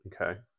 Okay